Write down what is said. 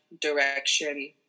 direction